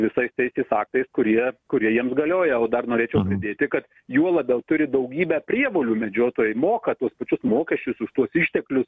visais teisės aktais kurie kurie jiems galioja o dar norėčiau pridėti kad juo labiau turi daugybę prievolių medžiotojai moka tuos pačius mokesčius už tuos išteklius